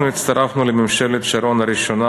אנחנו הצטרפנו לממשלת שרון הראשונה